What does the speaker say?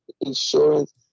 insurance